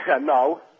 No